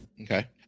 Okay